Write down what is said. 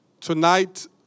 tonight